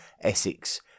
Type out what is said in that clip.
Essex